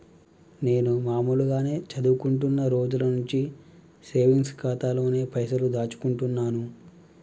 నేను మామూలుగానే చదువుకుంటున్న రోజుల నుంచి సేవింగ్స్ ఖాతాలోనే పైసలు దాచుకుంటున్నాను